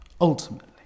ultimately